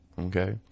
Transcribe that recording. Okay